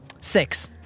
Six